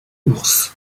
ours